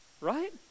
Right